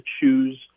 choose